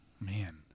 Man